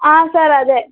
ಹಾಂ ಸರ್ ಅದೇ